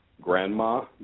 grandma